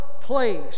place